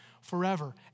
forever